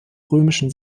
römischen